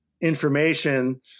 information